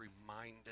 reminded